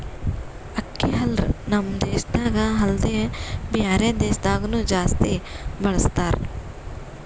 ಅಕ್ಕಿ ಹಲ್ಲರ್ ನಮ್ ದೇಶದಾಗ ಅಲ್ದೆ ಬ್ಯಾರೆ ದೇಶದಾಗನು ಜಾಸ್ತಿ ಬಳಸತಾರ್